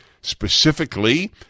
specifically